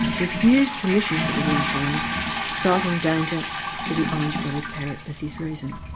refused permission for the wind farm citing danger to the orange-bellied parrot as his reason.